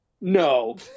No